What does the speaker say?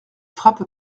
frappe